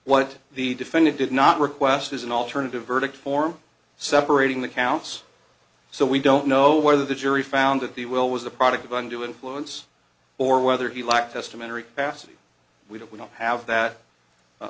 what the defendant did not request as an alternative verdict form separating the counts so we don't know whether the jury found that the will was the product a bundle influence or whether he lacked testamentary bassy we don't we don't have that